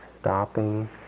stopping